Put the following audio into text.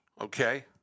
Okay